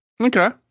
Okay